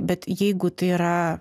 bet jeigu tai yra